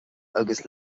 agus